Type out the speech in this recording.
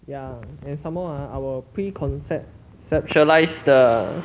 ya and some more ah our pre conceptualise the